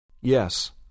Yes